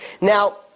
Now